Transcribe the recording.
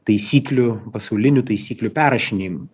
taisyklių pasaulinių taisyklių perrašinėjamui